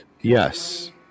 Yes